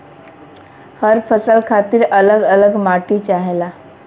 हर फसल खातिर अल्लग अल्लग माटी चाहेला